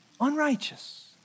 unrighteous